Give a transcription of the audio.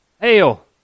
Hail